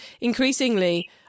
increasingly